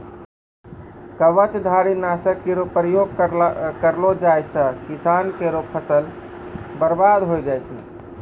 कवचधारी? नासक केरो प्रयोग करलो जाय सँ किसान केरो फसल बर्बाद होय जाय छै